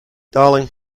darling